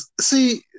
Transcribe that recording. see